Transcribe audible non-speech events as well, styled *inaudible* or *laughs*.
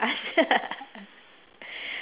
*laughs*